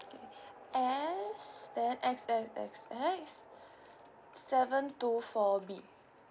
S then X X X X seven two four B